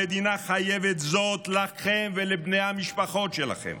המדינה חייבת זאת לכם ולבני המשפחות שלכם,